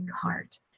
heart